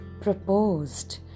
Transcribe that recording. proposed